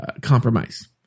compromise